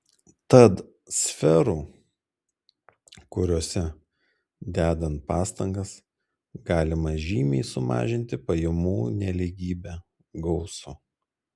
tad sferų kuriose dedant pastangas galima žymiai sumažinti pajamų nelygybę gausu